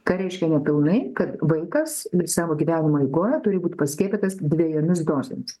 ką reiškia nepilnai kad vaikas savo gyvenimo eigoje turi būti paskiepytas dvejomis dozėmis